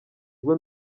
bwo